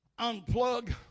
unplug